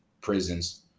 prisons